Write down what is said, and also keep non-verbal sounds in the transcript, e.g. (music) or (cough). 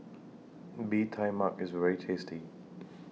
Bee Tai Mak IS very tasty (noise)